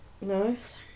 Nice